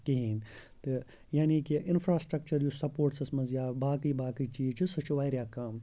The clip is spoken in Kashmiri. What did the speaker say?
کِہیٖنۍ تہٕ یعنی کہِ اِنفرٛاسٹرٛکچَر یُس سپوٹسَس منٛز یا باقٕے باقٕے چیٖز چھِ سُہ چھُ واریاہ کَم